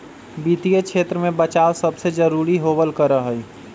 वित्तीय क्षेत्र में बचाव सबसे जरूरी होबल करा हई